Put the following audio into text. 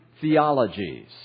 theologies